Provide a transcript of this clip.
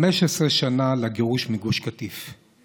15 שנה לגירוש מגוש קטיף.